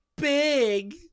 Big